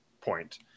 point